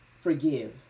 forgive